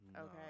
okay